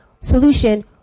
solution